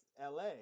LA